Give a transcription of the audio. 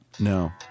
No